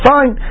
Fine